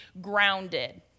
grounded